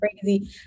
crazy